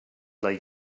like